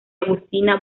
agustina